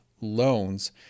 loans